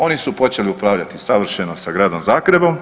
Oni su počeli upravljati savršeno sa Gradom Zagrebom.